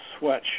sweatshirt